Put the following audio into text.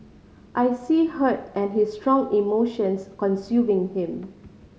I see hurt and his strong emotions consuming him